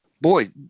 boy